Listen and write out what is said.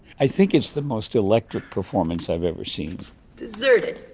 i think it's the most electric performance i've ever seen deserted